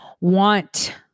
want